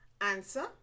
answer